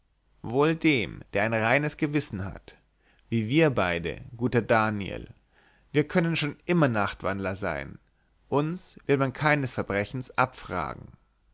wohl dem der ein reines gewissen hat wie wir beide guter daniel wir können schon immer nachtwandler sein uns wird man kein verbrechen abfragen